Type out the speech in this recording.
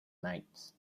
nights